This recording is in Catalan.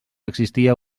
existia